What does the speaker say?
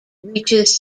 reaches